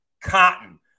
cotton